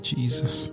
Jesus